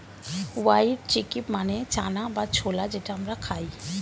white chickpea মানে চানা বা ছোলা যেটা আমরা খাই